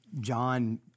John